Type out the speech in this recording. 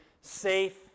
safe